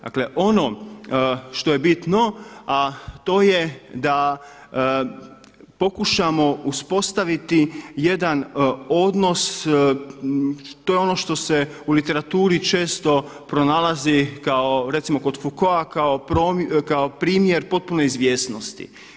Dakle, ono što je bitno a to je da pokušamo uspostaviti jedan odnos to je ono što se u literaturi često pronalazi kao recimo kod Fukoa kao primjer potpune izvjesnosti.